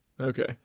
Okay